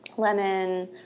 lemon